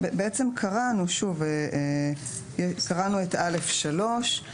קראנו את (א3).